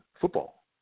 football